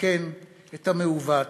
לתקן את המעוות,